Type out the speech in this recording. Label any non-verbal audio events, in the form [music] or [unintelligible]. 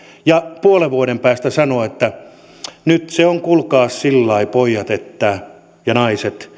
ja puolen vuoden päästä sanoo että nyt se on kuulkaas sillai poijat ja naiset [unintelligible]